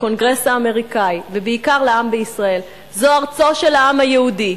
לקונגרס האמריקני ובעיקר לעם בישראל: זו ארצו של העם היהודי,